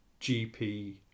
GP